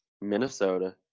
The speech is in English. Minnesota